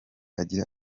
agira